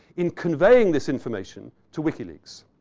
in conveying this information to wikileaks.